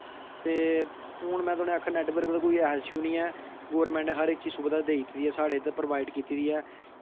ते हून में तुसेंगी आक्खा ना नैटबर्क दा कोई इशू नी ऐ गोरमैंट नै हर इक सुविधा दित्ती दी ऐ साढ़े इत्थै प्रोवाईड कीती दी ऐ